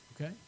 okay